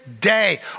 day